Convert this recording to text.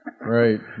Right